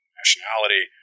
nationality